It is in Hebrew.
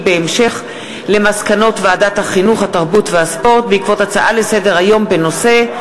בעקבות מסקנות ועדת המדע והטכנולוגיה בנושא: